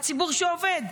הציבור שעובד,